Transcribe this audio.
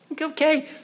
Okay